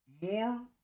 more